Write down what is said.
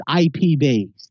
IP-based